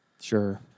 Sure